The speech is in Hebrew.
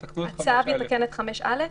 כן,